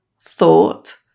thought